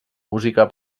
música